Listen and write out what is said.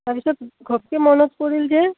তাৰপিছত ঘপকে মনত পৰিল যে